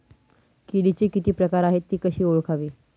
किडीचे किती प्रकार आहेत? ति कशी ओळखावी?